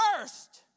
first